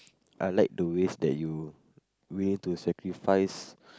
I like the ways that you willing to sacrifice